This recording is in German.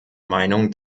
meinung